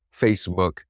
Facebook